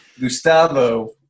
Gustavo